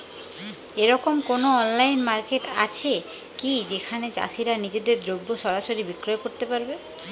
এরকম কোনো online market আছে কি যেখানে চাষীরা নিজেদের দ্রব্য সরাসরি বিক্রয় করতে পারবে?